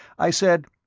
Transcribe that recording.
i said,